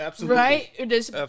right